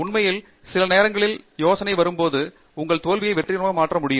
உண்மையில் சில நேரங்களில் யோசனை மாறும்போது உங்கள் தோல்வியை வெற்றிகரமாக மாற்ற முடியும்